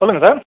சொல்லுங்கள் சார்